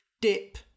Dip